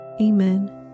Amen